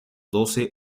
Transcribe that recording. doce